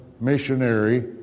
missionary